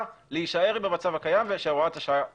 להישאר במצב הקיים ושהוראת השעה תפקע.